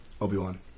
Obi-Wan